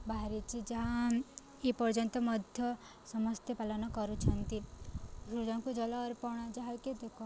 ବାହାରିଛି ଯାହା ଏ ପର୍ଯ୍ୟନ୍ତ ମଧ୍ୟ ସମସ୍ତେ ପାଳନ କରୁଛନ୍ତି ରୋଜାଙ୍କୁ ଜଳ ଅର୍ପଣ ଯାହାକି ଦୋକ